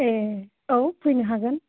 ए औ फैनो हागोन